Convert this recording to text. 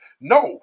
No